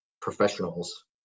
professionals